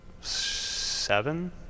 seven